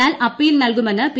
എന്നാൽ അപ്പീൽ നൽകുമെന്ന് പി